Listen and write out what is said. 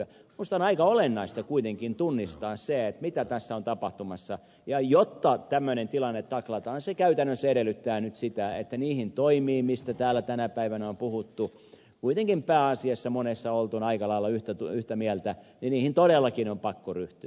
minusta on aika olennaista kuitenkin tunnistaa se mitä tässä on tapahtumassa ja jotta tämmöinen tilanne taklataan se käytännössä edellyttää nyt sitä että niihin toimiin joista täällä tänä päivänä on puhuttu ja joista kuitenkin pääasiassa monesta on oltu aika lailla yhtä mieltä todellakin on pakko ryhtyä